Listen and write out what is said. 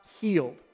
healed